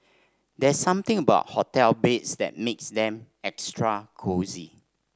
there's something about hotel beds that makes them extra cosy